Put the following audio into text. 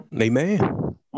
Amen